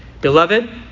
Beloved